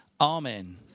Amen